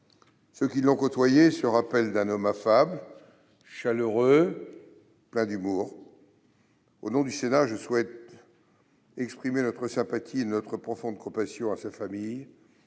Ceux qui l'ont côtoyé se rappellent un homme affable, chaleureux, plein d'humour. Au nom du Sénat, je souhaite exprimer notre sympathie et notre profonde compassion à sa famille,